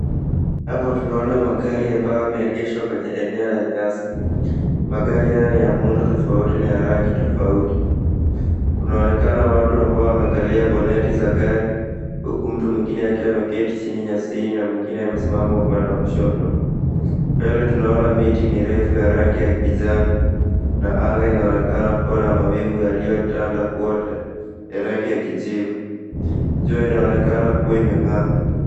Hapa tunaona magari ambayo yameegeshwa kwenye eneo ya nyasi. Magari haya ni ya muundo tofauti na rangi tofauti. Kunaonekana watu ambao wamekalia boneti za gari huku mtu mwingine akiwa ameketi chini nyasini na mwingine amesimama upande wa kushoto. Mbele tunaona miti mirefu ya rangi ya kijani na anga inaonekana kuwa na mawingu yaliyotanda kwote ya rangi ya kijivu. Jua inaonekana kuwa imeng'aa.